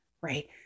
right